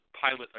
pilot